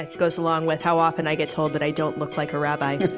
goes along with how often i get told that i don't look like a rabbi